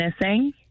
missing